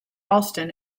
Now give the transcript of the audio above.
alston